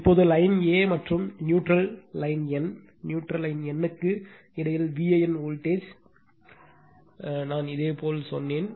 இப்போது line a மற்றும் neutral line n neutral line n க்கு இடையில் Van வோல்ட்டேஜ் நான் இதேபோல் சொன்னேன்